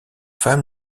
femme